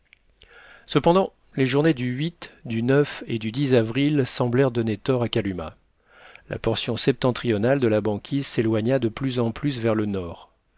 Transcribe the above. cependant les journées du du et du avril semblèrent donner tort à kalumah la portion septentrionale de la banquise s'éloigna de plus en plus vers le nord